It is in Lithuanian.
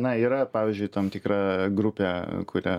na yra pavyzdžiui tam tikra grupė kurią